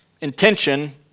intention